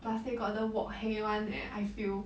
plus they got the wok hei [one] eh I feel